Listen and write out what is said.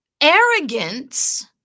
arrogance